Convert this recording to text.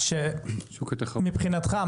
מבחינתך,